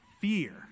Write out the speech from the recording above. fear